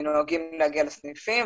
נוהגים להגיע לסניפים,